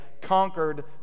conquered